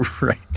right